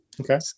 Okay